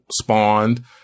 spawned